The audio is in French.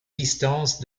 distance